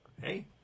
Hey